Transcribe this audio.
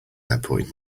airport